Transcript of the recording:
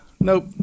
Nope